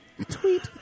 Tweet